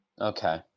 Okay